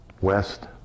west